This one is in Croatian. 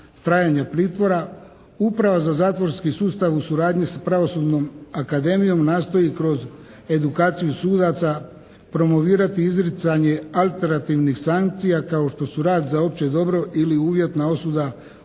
trajanja pritvora Uprava za zatvorski sustav u suradnji sa Pravosudnom akademijom nastoji kroz edukaciju sudaca promovirati izricanje alternativnih sankcija kao što su rad za opće dobro ili uvjetna osuda uz